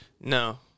no